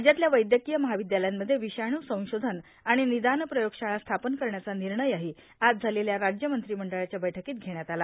राज्यातल्या वैद्यकीय महाविद्यालयांमध्ये विषाणू संशोधन आणि निदान प्रयोगशाळा स्थापन करण्याचा निर्णयही आज झालेल्या राज्य मंत्रिमंडळाच्या बैठकीत घेण्यात आला